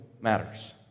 matters